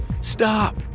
stop